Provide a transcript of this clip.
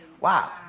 Wow